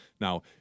Now